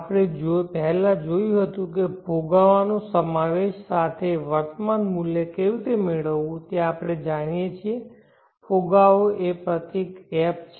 આપણે પહેલાં જોયું હતું કે ફુગાવાનો સમાવેશ સાથે વર્તમાન મૂલ્ય કેવી રીતે મેળવવું તે આપણે જાણીએ છીએ ફુગાવો એ પ્રતીક f છે